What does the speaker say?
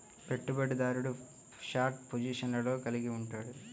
పెట్టుబడిదారుడు షార్ట్ పొజిషన్లను కలిగి ఉంటాడు